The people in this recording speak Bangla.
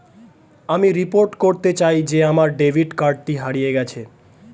আমি রিপোর্ট করতে চাই যে আমার ডেবিট কার্ডটি হারিয়ে গেছে